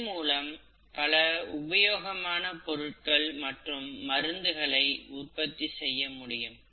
இதன் மூலம் பல உபயோகமான பொருட்கள் மற்றும் மருந்துகளை உற்பத்தி செய்ய முடியும்